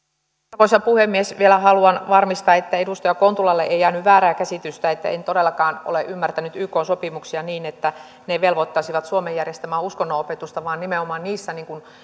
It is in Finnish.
arvoisa puhemies vielä haluan varmistaa että edustaja kontulalle ei jäänyt väärää käsitystä en todellakaan ole ymmärtänyt ykn sopimuksia niin että ne velvoittaisivat suomen järjestämään uskonnonopetusta vaan nimenomaan niissä